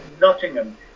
Nottingham